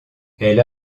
elle